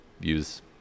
use